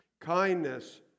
kindness